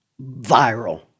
viral